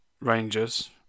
rangers